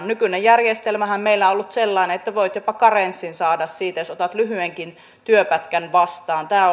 nykyinen järjestelmähän meillä on ollut sellainen että voit jopa karenssin saada siitä jos otat lyhyenkin työpätkän vastaan tämä